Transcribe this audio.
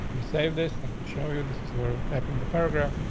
we save this and show you this is where we typing the program.